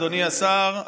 אדוני השר,